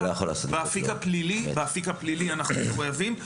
באפיק הפלילי אנחנו מחויבים,